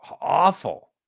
awful